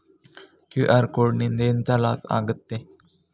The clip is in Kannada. ಕ್ಯೂ.ಆರ್ ಕೋಡ್ ನಿಂದ ಎಂತ ಲಾಸ್ ಆಗ್ತದೆ?